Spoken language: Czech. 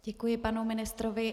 Děkuji panu ministrovi.